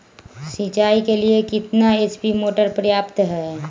सिंचाई के लिए कितना एच.पी मोटर पर्याप्त है?